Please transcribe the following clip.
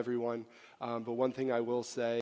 everyone but one thing i will say